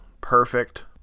perfect